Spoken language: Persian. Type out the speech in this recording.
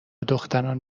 دختران